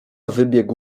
wybiegł